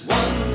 one